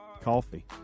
coffee